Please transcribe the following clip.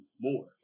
more